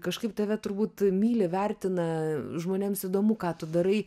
kažkaip tave turbūt myli vertina žmonėms įdomu ką tu darai